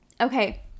okay